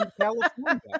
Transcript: California